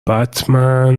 بتمن